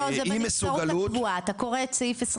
לא, זה בנבצרות הקבועה, אתה קורא את סעיף 21?